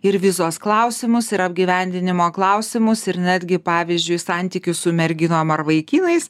ir vizos klausimus ir apgyvendinimo klausimus ir netgi pavyzdžiui santykius su merginom ar vaikinais